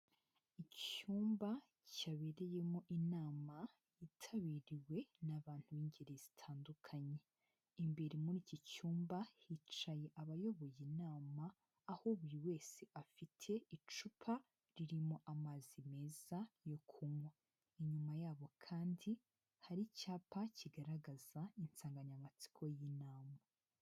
Icyumba cyabereyemo inama yitabiriwe n'abantu b'ingeri zitandukanye, imbere muri iki cyumba hicaye abayoboye inama, aho buri wese afite icupa ririmo amazi meza yo kunywa, inyuma yabo kandi hari icyapa kigaragaza insanganyamatsiko y'inama.